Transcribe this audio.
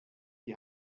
die